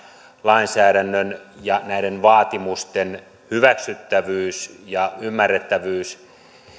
lainsäädännön ja näiden vaatimusten hyväksyttävyys ja ymmärrettävyys